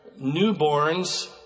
newborns